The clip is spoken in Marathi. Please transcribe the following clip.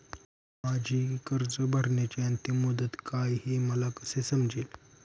माझी कर्ज भरण्याची अंतिम मुदत काय, हे मला कसे समजेल?